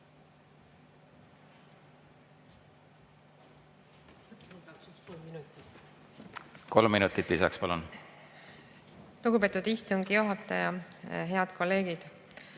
Kolm minutit lisaks, palun! Lugupeetud istungi juhataja! Head kolleegid!